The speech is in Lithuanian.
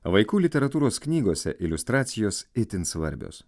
vaikų literatūros knygose iliustracijos itin svarbios